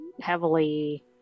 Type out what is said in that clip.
heavily